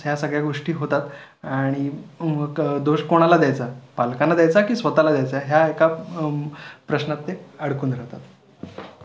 या सगळ्या गोष्टी होतात आणि मग दोष कोणाला द्यायचा पालकांना द्यायचा की स्वत ला द्यायचा ह्या एका प्रश्नात ते अडकून राहतात